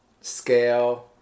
scale